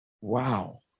Wow